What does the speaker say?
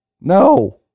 No